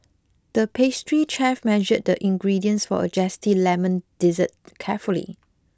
the pastry chef measured the ingredients for a zesty lemon dessert carefully